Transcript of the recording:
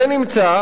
זה נמצא,